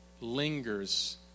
lingers